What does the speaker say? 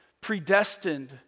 predestined